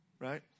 right